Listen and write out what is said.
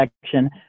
section